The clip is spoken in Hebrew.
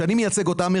ואני מייצג אותם,